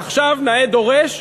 עכשיו, נאה דורש,